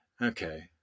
okay